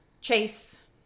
Chase